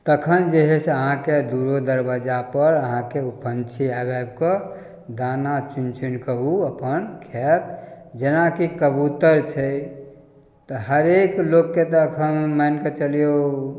तखन जे हइ से अहाँके दुआरो दरबाजापर अहाँके ओ पंछी आबि आबिकऽ दाना चुनि चुनिकऽ ओ अपन खाएत जेनाकि कबूतर छै तऽ हरेक लोकके तऽ एखन मानिकऽ चलिऔ